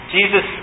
Jesus